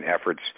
efforts